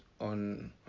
on